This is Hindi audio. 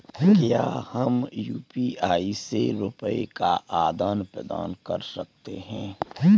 क्या हम यू.पी.आई से रुपये का आदान प्रदान कर सकते हैं?